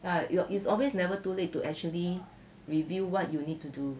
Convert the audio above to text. ah your~ it's always never too late to actually review what you need to do